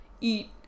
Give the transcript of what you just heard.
eat